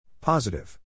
Positive